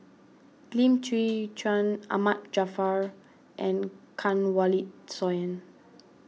Lim Chwee Chian Ahmad Jaafar and Kanwaljit Soin